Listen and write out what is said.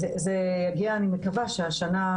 אני מקווה שהשנה,